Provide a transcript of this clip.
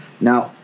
now